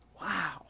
Wow